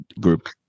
group